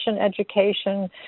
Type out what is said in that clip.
education